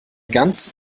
ganz